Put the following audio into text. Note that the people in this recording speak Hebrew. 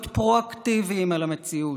להיות פרו-אקטיביים על המציאות.